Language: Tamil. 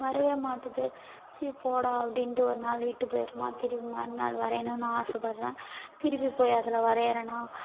வரவே மாட்டுது ச்சீ போடா அப்படின்டு ஒருநாள் விட்டுப் போயிடுமா தெரியுமா மறுநாள் வரையணுனு ஆசைப்பட்றேன் திருப்பி போய் அதில் வரைகிறனா